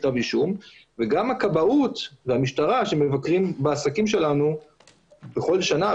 כתב אישום וגם הכבאות והמשטרה שמבקרים בעסקים שלנו בכל שנה,